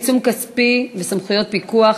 עיצום כספי וסמכויות פיקוח),